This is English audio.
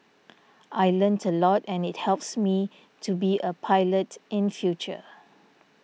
I learnt a lot and it helps me to be a pilot in future